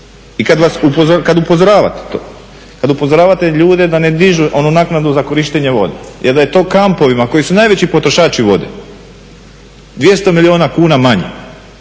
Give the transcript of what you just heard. I kada upozoravate to, kada upozoravate ljude da ne dižu onu naknadu za korištenje vode, jer da je to kampovima koji su najveći potrošači vode 200 milijuna kuna manje